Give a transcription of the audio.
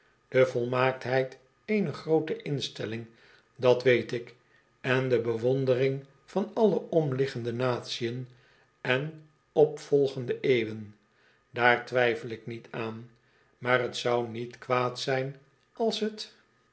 de volmaaktheid eener groote instelling dat weet ik en de bewondering van alle omliggende natiën en opvolgende eeuwen daar twijfel ik niet aan maar t zou niet kwaad zijn als t